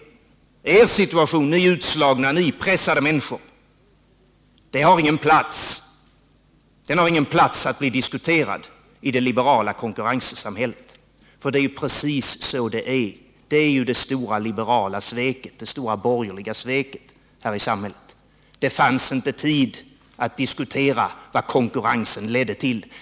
Er situation, ni utslagna och ni stressade människor, har ingen plats att bli diskuterad i det liberala konkurrenssamhället. Det vore hederligt av Per Gahrton att säga så, för det är precis så det förhåller sig. Det är det stora liberala sveket, det stora borgerliga sveket här i samhället. Det fanns inte tid att diskutera vad konkurrensen ledde till.